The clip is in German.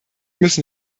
müssen